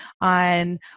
on